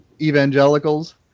evangelicals